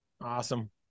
Awesome